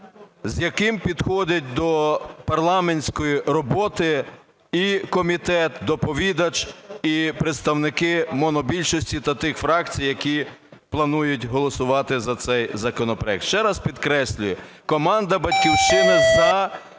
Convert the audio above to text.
з яким підходять до парламентської роботи і комітет, доповідач, і представники монобільшості та тих фракцій, які планують голосувати за цей законопроект. Ще раз підкреслюю, команда "Батьківщини" за